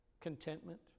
contentment